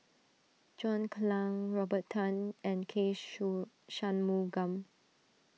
John Clang Robert Tan and K Shanmugam